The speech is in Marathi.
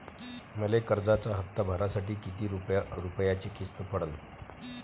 मले कर्जाचा हप्ता भरासाठी किती रूपयाची किस्त पडन?